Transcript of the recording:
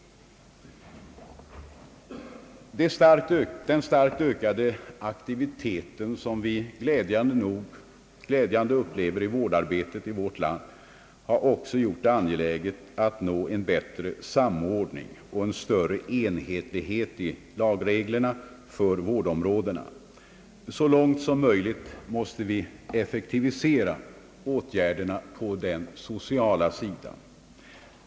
Den starkt ökade aktivitet som vi glädjande nog upplever i vårdarbetet i vårt land har också gjort det angeläget att nå en bättre samordning och en större enhetlighet i lagreglerna för vårdområdena. Så långt som möjligt måste vi effektivisera åtgärderna på den sociala sidan.